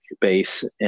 base